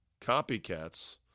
copycats